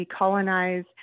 decolonize